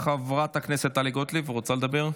חברת הכנסת טלי גוטליב, רוצה לדבר?